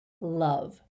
love